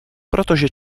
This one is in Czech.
protože